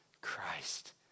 Christ